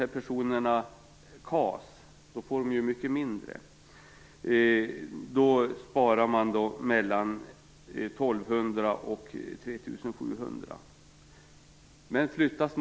Får personen i fråga KAS - då får man mycket mindre - sparar samhället 1 200-3 700 kr per månad.